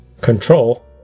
control